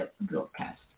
broadcast